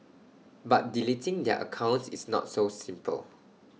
but deleting their accounts is not so simple